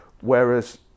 whereas